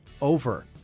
over